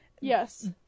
yes